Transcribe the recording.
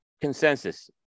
consensus